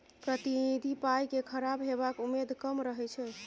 प्रतिनिधि पाइ केँ खराब हेबाक उम्मेद कम रहै छै